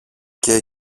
και